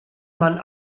mann